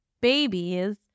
babies